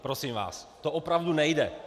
Prosím vás, to opravdu nejde.